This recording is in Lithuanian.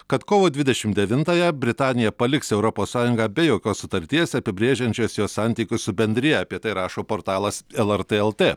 kad kovo dvidešimt devintąją britanija paliks europos sąjungą be jokios sutarties apibrėžiančios jos santykius su bendrija apie tai rašo portalas lrt lt